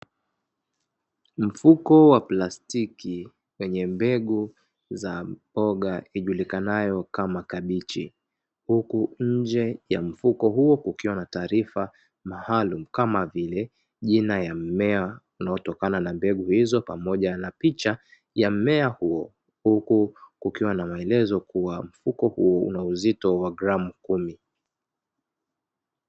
Mfuko wa plastiki wenye mbegu za mboga ijulikanayo kama kabichi, huku nje ya mfuko huo kukiwa na taarifa maalumu kama vile: jina ya mimea unaotokana na mbegu hizo pamoja na picha za mmea huo, huku kukiwa na maelezo kuwa mfuko huo una uzito wa gramu kumi.